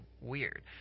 weird